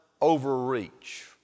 overreach